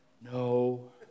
no